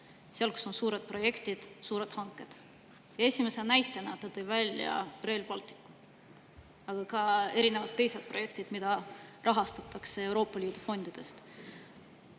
raha, kus on suured projektid, suured hanked. Esimese näitena ta tõi välja Rail Balticu, aga ka erinevad teised projektid, mida rahastatakse Euroopa Liidu fondidest.